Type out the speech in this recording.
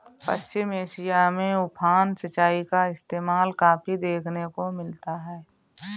पश्चिम Asia में उफान सिंचाई का इस्तेमाल काफी देखने को मिलता है